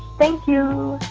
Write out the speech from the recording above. thank you